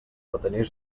retenir